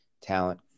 talent